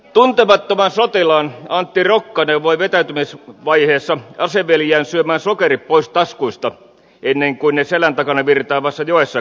tuntemattoman sotilaan antti rokka neuvoi vetäytymisvaiheessa aseveljiään syömään sokerit pois taskuista ennen kuin ne selän takana virtaavassa joessa kastuvat